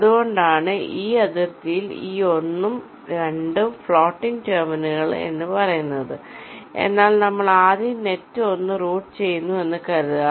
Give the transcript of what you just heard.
അതുകൊണ്ടാണ് ഈ അതിർത്തിയിൽ ഈ 1 ഉം 2 ഉം ഫ്ലോട്ടിംഗ് ടെർമിനലുകൾ എന്ന് പറയുന്നത് എന്നാൽ നമ്മൾ ആദ്യം net 1 റൂട്ട് ചെയ്യുന്നു എന്ന് കരുതുക